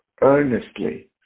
earnestly